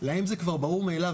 להם זה כבר ברור מאליו,